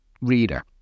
reader